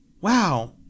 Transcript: Wow